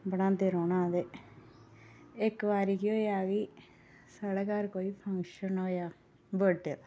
बनांदे रौह्ना ते इक्क बारी केह् होआ कि साढ़े घर फंक्शन होआ बर्थ डे दा